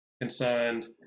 concerned